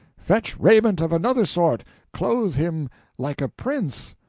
fetch raiment of another sort clothe him like a prince!